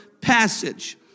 passage